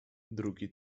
drugi